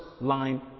line